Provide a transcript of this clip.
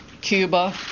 Cuba